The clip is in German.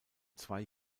zwei